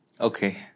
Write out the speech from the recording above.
Okay